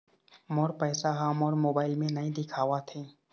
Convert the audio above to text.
मोर पैसा ह मोर मोबाइल में नाई दिखावथे